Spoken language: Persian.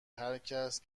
هرکس